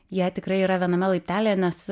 jie tikrai yra viename laiptelyje nes